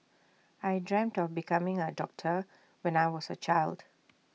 I dreamt of becoming A doctor when I was A child